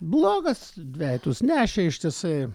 blogas dvejetus nešė ištisai